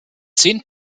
zehn